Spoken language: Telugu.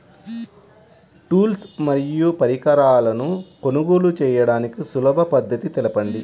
టూల్స్ మరియు పరికరాలను కొనుగోలు చేయడానికి సులభ పద్దతి తెలపండి?